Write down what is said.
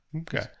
Okay